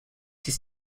his